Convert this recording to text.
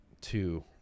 two